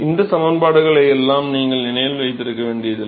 இந்த சமன்பாடுகளை எல்லாம் நீங்கள் நினைவில் வைத்திருக்க வேண்டியதில்லை